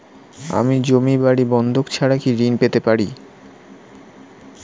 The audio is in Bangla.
আমি জমি বাড়ি বন্ধক ছাড়া কি ঋণ পেতে পারি?